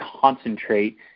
concentrate